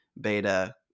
Beta